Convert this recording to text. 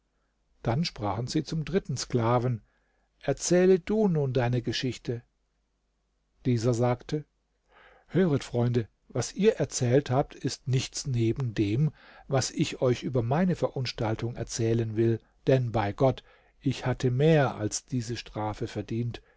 dann sprachen sie zum dritten sklaven erzähle du nun deine geschichte dieser sagte höret freunde was ihr erzählt habt ist nichts neben dem was ich euch über meine verunstaltung erzählen will denn bei gott ich hatte mehr als diese strafe verdient